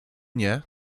nie